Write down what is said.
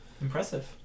Impressive